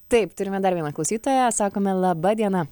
taip turime dar vieną klausytoją sakome laba diena